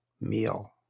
meal